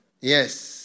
Yes